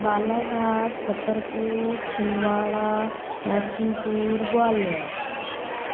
Balaghat Chhatarpur Chhindwara Narsinghpur Gwalior